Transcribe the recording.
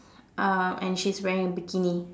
um and she is wearing a bikini